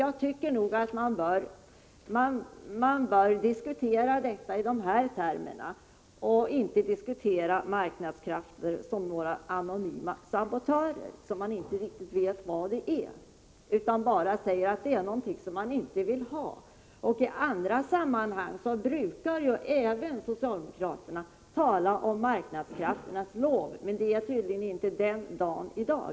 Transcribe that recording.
Jag tycker att man bör diskutera i dessa termer och inte diskutera som om marknadskrafterna är anonyma sabotörer, som om man inte vet vad de är utan bara säger att det är någonting som man inte vill ha. I andra sammanhang brukar ju även socialdemokraterna tala om att sjunga marknadskrafternas lov. Men det är tydligen inte den dagen i dag.